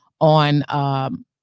on